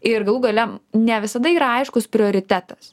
ir galų gale ne visada yra aiškus prioritetas